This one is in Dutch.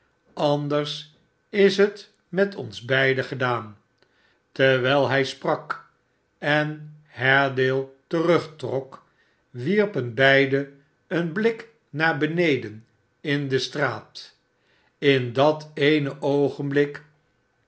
anders is het met ons beiden gedaan terwijl hij sprak en haredale terugtrok wierpen beiden een blik naar beneden in de straat in dat dene oogenbhk